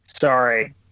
Sorry